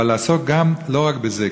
אבל לעסוק לא רק בזה,